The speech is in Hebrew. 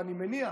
ואני מניח